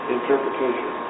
Interpretation